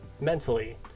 mentally